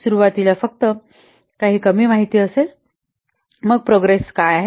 सुरुवातीला फक्त कमी माहिती उपलब्ध होईल मग प्रोग्रेस काय आहे